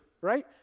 right